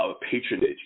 patronage